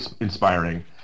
inspiring